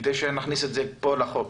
כדי שנכניס את זה פה לחוק?